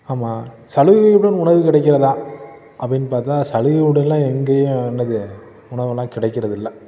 ஆமாம் சலுகையுடன் உணவு கிடைக்கிறதாக அப்படின்னு பார்த்தா சலுகையோடுலாம் எங்கேயும் என்னது உணவுலாம் கிடைக்கிறதில்லை